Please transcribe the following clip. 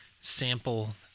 sample